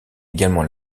également